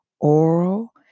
oral